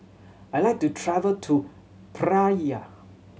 I like to travel to Praia